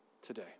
Today